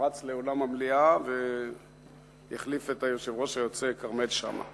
פרץ לאולם המליאה והחליף את היושב-ראש היוצא כרמל שאמה.